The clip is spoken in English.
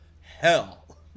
hell